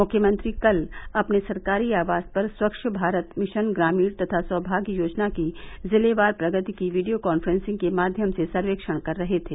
मुख्यमंत्री कल अपने सरकारी आवास पर स्वच्छ भारत मिशन ग्रामीण तथा सौभाग्य योजना के जिलेवार प्रगति की वीडियो कांफ्रेंसिंग के माध्यम से सर्वेक्षण कर रहे थे